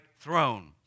throne